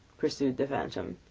pursued the phantom.